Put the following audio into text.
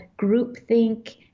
groupthink